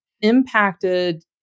impacted